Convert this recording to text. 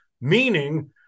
Meaning